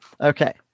Okay